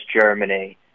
Germany